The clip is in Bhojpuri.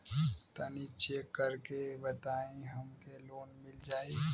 तनि चेक कर के बताई हम के लोन मिल जाई?